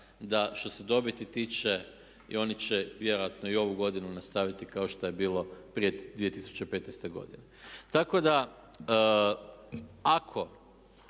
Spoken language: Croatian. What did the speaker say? da što se dobiti tiče i oni će vjerojatno i ovu godinu nastaviti kao što je bilo prije 2015. godine. Tako da ako